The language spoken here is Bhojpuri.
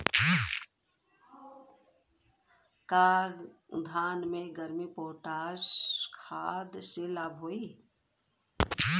का धान में वर्मी कंपोस्ट खाद से लाभ होई?